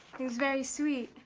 it was very sweet.